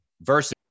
versus